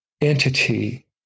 entity